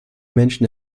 menschen